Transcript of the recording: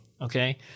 okay